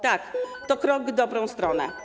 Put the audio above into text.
Tak, to krok w dobrą stronę.